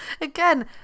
Again